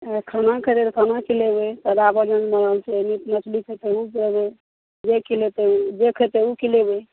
हँ खानाके लेल खाना खिलेबै सादा भोजन बनल छै मीट मछली खएतै ओ देबै जे खिलेतै जे खएतै ओ खिलेबै